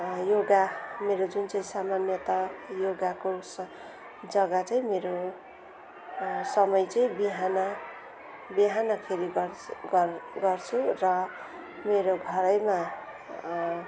योगा मेरो जुनचाहिँ सामान्यतः योगाको स जग्गा चाहिँ मेरो समय चाहिँ बिहान बिहानखेरि गर् गर् गर्छु र मेरो घरैमा